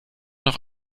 noch